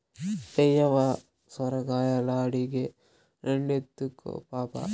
మేయవ్వ సొరకాయలడిగే, రెండెత్తుకో పాపా